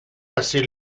passé